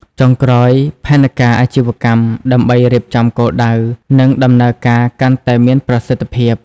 ចុងក្រោយផែនការអាជីវកម្ម ដើម្បីរៀបចំគោលដៅ និងដំណើរការកាន់តែមានប្រសិទ្ធភាព។